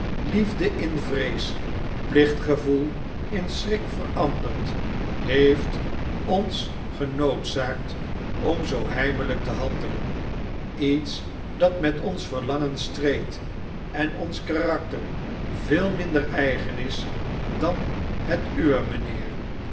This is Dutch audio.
liefde in vrees plichtgevoel in schrik verandert heeft ons genoodzaakt om zoo heimelijk te handelen iets dat met ons verlangen streed en ons karakter veel minder eigen is dan het uwe